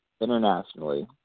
internationally